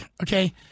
Okay